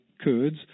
Kurds